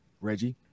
Reggie